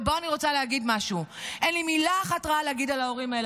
ופה אני רוצה להגיד משהו: אין לי מילה אחת רעה להגיד על ההורים האלה,